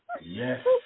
Yes